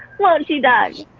won't she, doug?